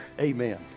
Amen